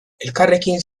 elkarrekin